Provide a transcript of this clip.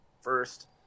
first